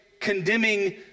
condemning